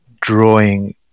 drawing